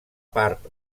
part